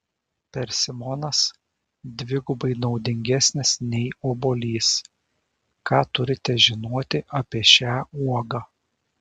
persimonas dvigubai naudingesnis nei obuolys ką turite žinoti apie šią uogą